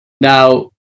Now